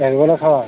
একবেলা খাওয়া